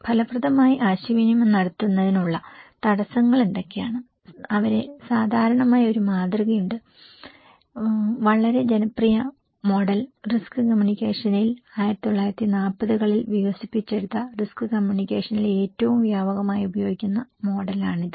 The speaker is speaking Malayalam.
ഫലപ്രദമായി ആശയവിനിമയം നടത്തുന്നതിനുള്ള തടസ്സങ്ങൾ എന്തൊക്കെയാണ് വളരെ സാധാരണമായ ഒരു മാതൃകയുണ്ട് വളരെ ജനപ്രിയമായ മോഡൽ റിസ്ക് കമ്മ്യൂണിക്കേഷനിൽ 1940 കളിൽ വികസിപ്പിച്ചെടുത്ത റിസ്ക് കമ്മ്യൂണിക്കേഷനിൽ ഏറ്റവും വ്യാപകമായി ഉപയോഗിക്കുന്ന മോഡലാണിത്